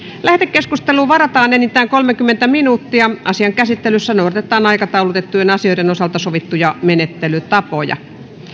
lähetekeskusteluun varataan enintään kolmekymmentä minuuttia asian käsittelyssä noudatetaan aikataulutettujen asioiden osalta sovittuja menettelytapoja